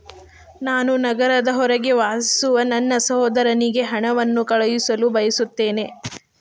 ನಾನು ನಗರದ ಹೊರಗೆ ವಾಸಿಸುವ ನನ್ನ ಸಹೋದರನಿಗೆ ಹಣವನ್ನು ಕಳುಹಿಸಲು ಬಯಸುತ್ತೇನೆ